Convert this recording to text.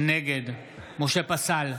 נגד משה פסל,